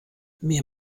mir